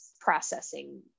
processing